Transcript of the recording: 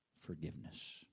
forgiveness